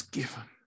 given